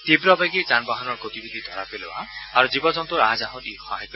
তীৱবেগী যান বাহনৰ গতিবিধি ধৰা পেলোৱা আৰু জীৱ জন্তুৰ আহ যাহত ই সহায় কৰিব